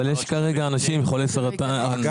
אבל יש כרגע אנשים חולי סרטן.